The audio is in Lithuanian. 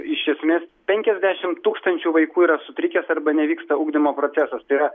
iš esmės penkiasdešimt tūkstančių vaikų yra sutrikęs arba nevyksta ugdymo procesas tai yra